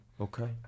Okay